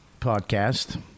podcast